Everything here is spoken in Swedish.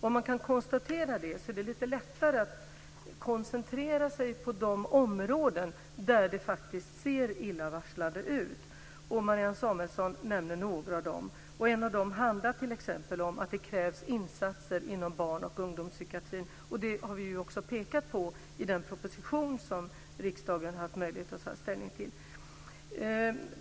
Om man kan konstatera det är det lite lättare att koncentrera sig på de områden där det ser illavarslande ut. Marianne Samuelsson nämner några av dem. Ett av dem handlar om att det t.ex. krävs insatser inom barn och ungdomspsykiatrin. Det har vi också pekat på i den proposition som riksdagen har haft möjlighet att ta ställning till.